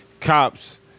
cops